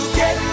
get